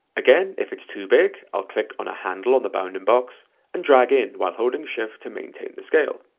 again if it's too big i'll click on a handle on the bounding box and drag in while holding shift to maintain the scale,